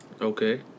Okay